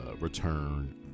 return